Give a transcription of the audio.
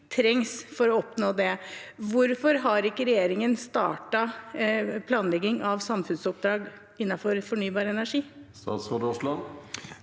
trengs for å oppnå det. Hvorfor har ikke regjeringen startet planlegging av samfunnsoppdrag innenfor fornybar energi?